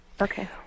Okay